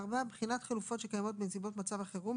(4)בחינת חלופות שקיימות בנסיבות מצב החירום,